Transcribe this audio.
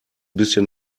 bisschen